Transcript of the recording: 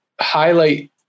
highlight